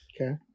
Okay